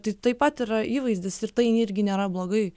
tai taip pat yra įvaizdis ir tai irgi nėra blogai